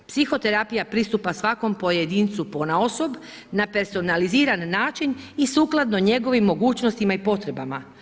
Psihoterapija pristupa svakom pojedincu ponaosob na personaliziran način i sukladno njegovim mogućnostima i potrebama.